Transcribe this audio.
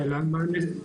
השאלה באיזה נסיבות.